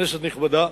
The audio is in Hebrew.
כנסת נכבדה,